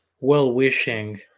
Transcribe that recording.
well-wishing